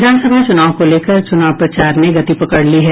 विधानसभा चुनाव को लेकर चुनाव प्रचार ने गति पकड़ ली है